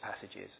passages